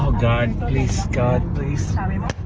god please god please